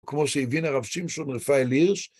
כמו שהבין הרב שמשון רפאל הירש.